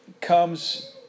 comes